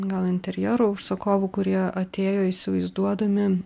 gal interjero užsakovų kurie atėjo įsivaizduodami